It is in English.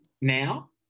Now